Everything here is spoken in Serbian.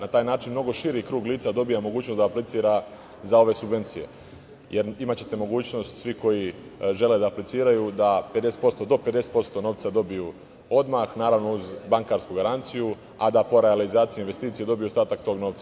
Na taj način mnogo širi krug lica dobija mogućnost da aplicira za ove subvencije, jer imaćete mogućnost svi koji žele da apliciraju da do 50% novca dobiju odmah, naravno, uz bankarsku garanciju, a da po realizaciji investicija dobiju ostatak tog novca.